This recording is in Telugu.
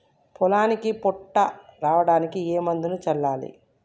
పొలానికి పొట్ట రావడానికి ఏ మందును చల్లాలి?